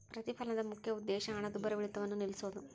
ಪ್ರತಿಫಲನದ ಮುಖ್ಯ ಉದ್ದೇಶ ಹಣದುಬ್ಬರವಿಳಿತವನ್ನ ನಿಲ್ಸೋದು